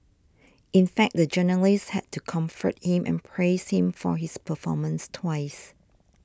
in fact the journalist had to comfort him and praise him for his performance twice